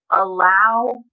allow